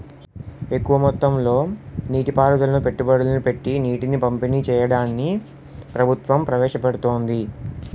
ఎక్కువ మొత్తంలో నీటి పారుదలను పెట్టుబడులు పెట్టీ నీటిని పంపిణీ చెయ్యడాన్ని ప్రభుత్వం ప్రవేశపెడుతోంది